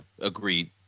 Agreed